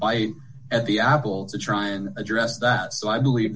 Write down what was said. by at the apple to try and address that so i believe